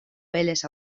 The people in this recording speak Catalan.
veles